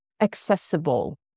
accessible